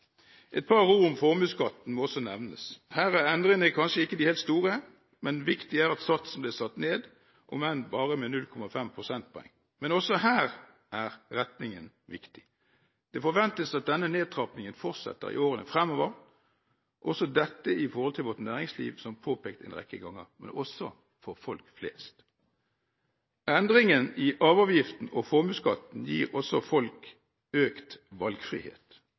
Et par ord om formuesskatten må også nevnes. Her er endringene kanskje ikke de helt store, men viktig er at satsen blir satt ned, om enn bare med 0,1 prosentpoeng. Men også her er retningen viktig. Det forventes at denne nedtrappingen fortsetter i årene framover, også dette i forhold til vårt næringsliv, som påpekt en rekke ganger, men også for folk flest. Endringen i arveavgiften og formuesskatten gir også folk økt valgfrihet,